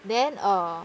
then err